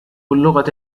اللغة